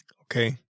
okay